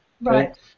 Right